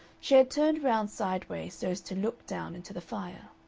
she had turned round sideways, so as to look down into the fire.